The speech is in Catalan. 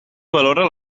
valora